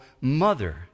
mother